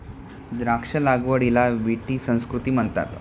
द्राक्ष लागवडीला विटी संस्कृती म्हणतात